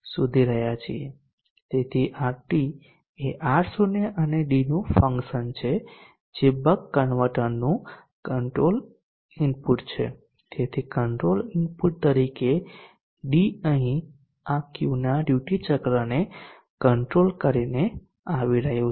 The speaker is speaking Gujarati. તેથી RT એ R0 અને d નું ફંક્શન છે જે બક કન્વર્ટરનું કંટ્રોલ ઇનપુટ છે તેથી કંટ્રોલ ઇનપુટ તરીકે d અહીં આ Qના ડ્યુટી ચક્રને કંટ્રોલ કરીને આવી રહ્યું છે